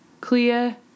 clear